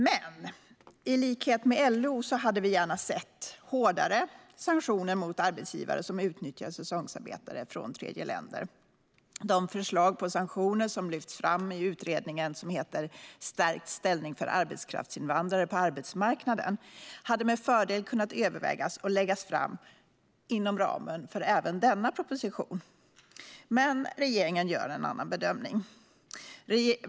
Men i likhet med LO hade vi gärna sett hårdare sanktioner mot arbetsgivare som utnyttjar säsongsarbetare från tredjeländer. De förslag på sanktioner som lyfts fram i den utredning som heter Stärkt ställning för arbets kraftsinvandrare på arbetsmarknaden hade med fördel kunnat övervägas och läggas fram inom ramen för även denna proposition. Men regeringen gör en annan bedömning.